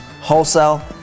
wholesale